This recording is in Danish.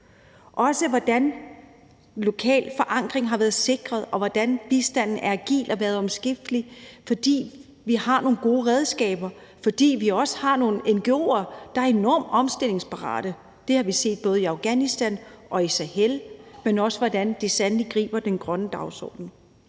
også, hvordan lokal forankring har været sikret, og hvordan bistanden er agil og har været omskiftelig, fordi vi har nogle gode redskaber, og fordi vi også har nogle ngo'er, der er enormt omstillingsparate. Det har vi set både i Afghanistan og i Sahel, men vi har også set, hvordan de sandelig griber den grønne dagsorden.